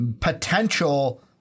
potential